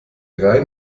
rhein